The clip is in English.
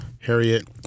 Harriet